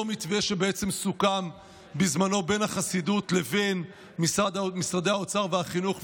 אותו מתווה שבעצם סוכם בזמנו בין החסידות לבין משרדי האוצר והחינוך,